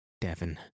Devon